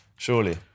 Surely